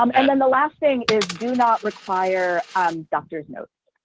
um and then the last thing is do not require doctor's notes.